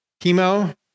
chemo